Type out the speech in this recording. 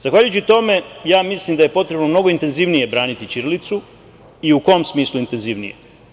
Zahvaljujući tome, mislim da je potrebno mnogo intenzivnije braniti ćirilicu i u kom smislu intenzivnije.